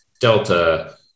delta